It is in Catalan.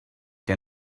que